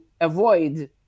avoid